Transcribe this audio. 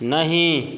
नहीं